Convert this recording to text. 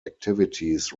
activities